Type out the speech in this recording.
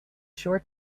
short